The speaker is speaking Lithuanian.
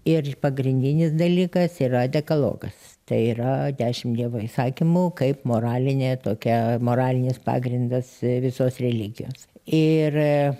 ir pagrindinis dalykas yra dekalogas tai yra dešim dievo įsakymų kaip moralinė tokia moralinis pagrindas visos religijos ir